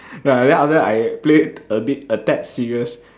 then after that I played a bit a tad serious